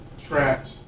tracks